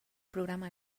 programa